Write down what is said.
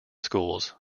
schools